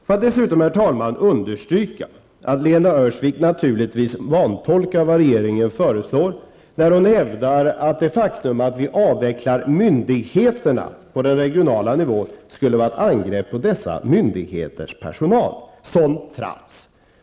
Låt mig dessutom, herr talman, understryka att Lena Öhrsvik naturligtvis vantolkar regeringens förslag när hon hävdar att det faktum att vi avvecklar myndigheterna på den regionala nivån skulle vara ett angrepp på dessa myndigheters personal. Sådant trams!